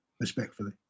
respectfully